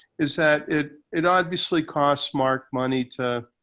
is that it, it obviously cost smart money to,